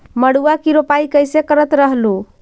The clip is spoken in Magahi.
मड़उआ की रोपाई कैसे करत रहलू?